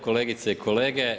Kolegice i kolege.